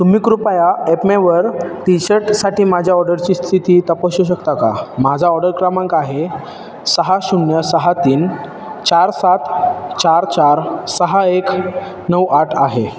तुम्ही कृपया एपमेवर टी शर्टसाठी माझ्या ऑर्डरची स्थिती तपासू शकता का माझा ऑर्डर क्रमांक आहे सहा शून्य सहा तीन चार सात चार चार सहा एक नऊ आठ आहे